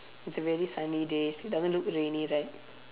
it's a very sunny day it doesn't look rainy right